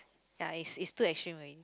ya is is too extreme already